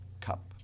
cup